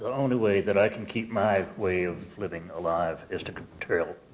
only way that i can keep my way of living alive is to to